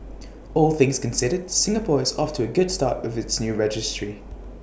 all things considered Singapore is off to A good start with its new registry